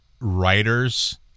writers